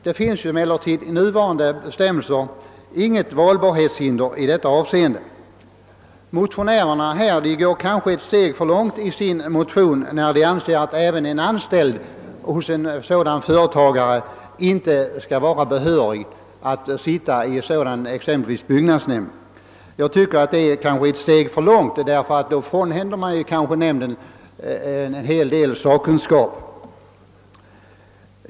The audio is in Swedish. Med nu gällande bestämmelser finns det inget hinder för valbarheten i det här avseendet. Motionärerna anser att även anställd hos en företagare skall vara obehörig att sitta med i exempelvis byggnadsnämnden, men det är kanske att gå ett steg för långt, ty då frånhänder man nämnden en hel del sakkunskap.